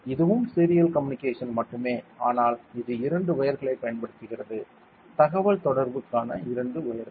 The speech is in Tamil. இதுவும் சீரியல் கம்யூனிகேஷன் மட்டுமே ஆனால் இது 2 வயர்களை பயன்படுத்துகிறது தகவல்தொடர்புக்கான 2 வயர்கள்